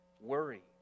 worry